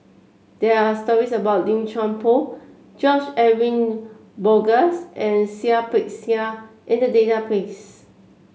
there are stories about Lim Chuan Poh George Edwin Bogaars and Seah Peck Seah in the database